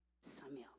Samuel